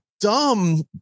dumb